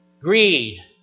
Greed